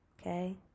Okay